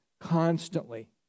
constantly